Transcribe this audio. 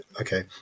okay